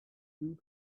two